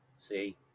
See